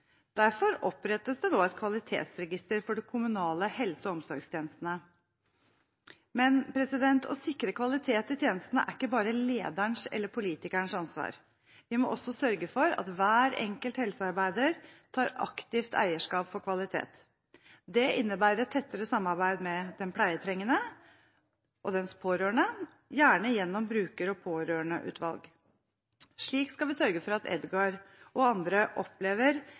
Derfor opprettes det nå et kvalitetsregister for de kommunale helse- og omsorgstjenestene. Men å sikre kvalitet i tjenestene er ikke bare lederens eller politikerens ansvar. Vi må også sørge for at hver enkelt helsearbeider tar aktivt eierskap for kvalitet. Det innebærer et tettere samarbeid med den pleietrengende og dens pårørende, gjerne gjennom bruker- og pårørendeutvalg. Slik skal vi sørge for at Edgar og andre opplever